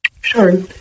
Sure